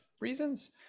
reasons